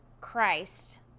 Christ